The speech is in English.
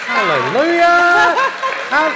Hallelujah